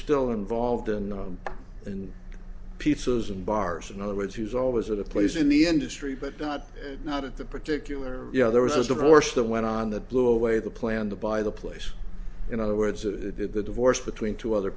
still involved in in pieces and bars in other words he was always at a place in the industry but not not at that particular you know there was a divorce that went on that blew away the plan to buy the place in other words the divorce between two other